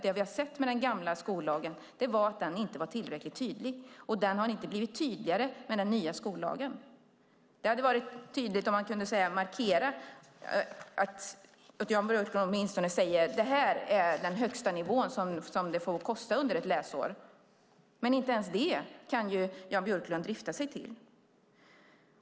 Det vi såg med den gamla skollagen var att den inte var tillräckligt tydlig, och den nya skollagen har inte blivit tydligare. Det hade varit bra om Jan Björklund åtminstone tydligt hade sagt: Detta är högstanivån för vad det får kosta under ett läsår. Men inte ens det kan Jan Björklund sträcka sig till.